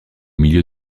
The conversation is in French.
milieu